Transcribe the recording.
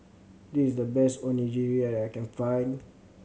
this is the best Onigiri that I can find